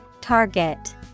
Target